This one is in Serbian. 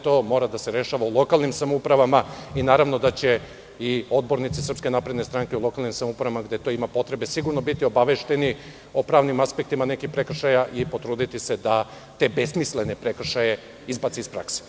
To mora da se rešava u lokalnim samoupravama i naravno da će odbornici SNS u lokalnim samoupravama, gde ima potrebe, sigurno biti obavešteni o pravnim aspektima nekih prekršaja i potruditi se da te besmislene prekršaje izbace iz prakse.